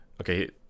okay